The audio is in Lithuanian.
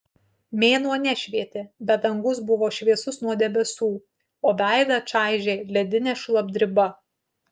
mėnuo nešvietė bet dangus buvo šviesus nuo debesų o veidą čaižė ledinė šlapdriba